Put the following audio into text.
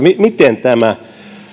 miten tämä